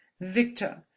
Victor